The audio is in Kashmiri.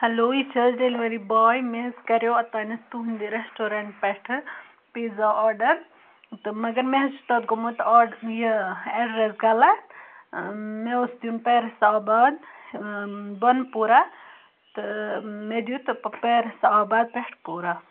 ہیٚلو یہِ چھِ حظ ڈیٚلِؤری باے مےٚ حظ کَریو اوٚتامَتھ تُہنٛدِ رَیسٹُورنٛٹ پؠٹھٕ پِزا آڈَر تہٕ مگر مےٚ حظ چھُ تَتھ گوٚمُت آڈ یہِ ایٚڈرَس غَلَط مےٚ اوس دِیُن پیرَس آباد بۄنہٕ پوٗرا تہٕ مےٚ دیُت پیرَس آباد پؠٹھ پوٗرا